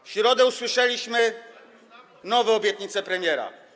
W środę usłyszeliśmy nowe obietnice premiera.